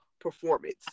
performance